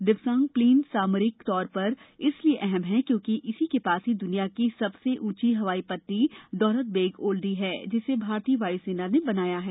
Depsang plains सामरिक तौर पर इसलिए अहम है क्योंकि इसी के पास ही द्रनिया की सबसे ऊंची हवाई पट्टी दौलत बेग ओल्डी है जिसे भारतीय वाय्सेना ने बनाया है